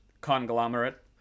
Conglomerate